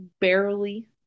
barely